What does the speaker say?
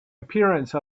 appearance